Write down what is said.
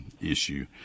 issue